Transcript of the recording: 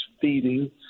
feeding